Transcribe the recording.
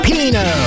Pino